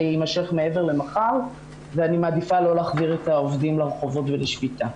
יימשך מעבר למחר ואני מעדיפה לא להחזיר את העובדים לרחובות ולשביתה.